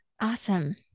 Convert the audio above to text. Awesome